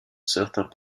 certains